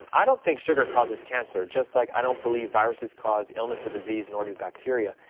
um i don't think sugar causes cancer, just like i don't believe viruses cause illness or disease, nor do bacteria.